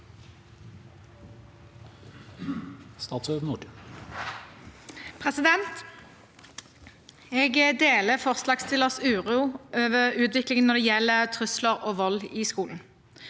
Jeg deler forslagsstillernes uro for utviklingen når det gjelder trusler og vold i skolen.